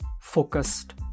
focused